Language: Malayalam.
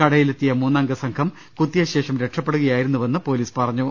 കടയിലെത്തിയ മൂന്നംഗ സംഘം കുത്തിയ ശേഷം രക്ഷപ്പെടുകയായിരുന്നുവെന്ന് പൊലീസ് പറഞ്ഞു